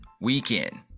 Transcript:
weekend